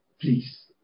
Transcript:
Please